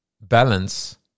balance